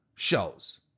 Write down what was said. shows